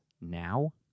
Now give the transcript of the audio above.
now